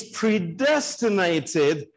predestinated